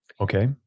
Okay